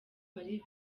marie